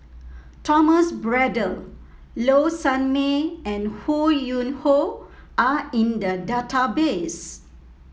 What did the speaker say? Thomas Braddell Low Sanmay and Ho Yuen Hoe are in the database